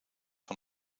van